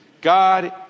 God